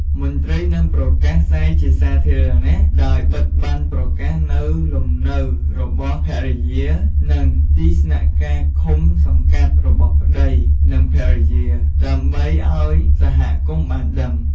មន្ត្រីនឹងប្រកាសផ្សាយជាសាធារណៈដោយបិទប័ណ្ណប្រកាសនៅលំនៅរបស់ភរិយា និងទីស្នាក់ការឃុំសង្កាត់របស់ប្ដី និងភរិយា ដើម្បីឲ្យសហគមន៍ បានដឹង។